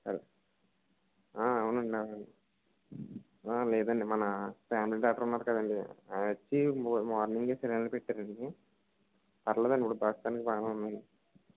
అలాగే అవునండి అవును లేదండి మన ఫ్యామిలీ డాటర్ ఉన్నాడు కదండి ఆయనొచ్చి మార్నింగే సెలైను పెట్టారండి పర్లేదండి ఇప్పుడు ప్రస్తుతానికి బానే ఉన్నాడు